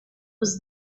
was